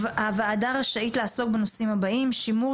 הוועדה רשאית לעסוק בנושאים הבאים: שימור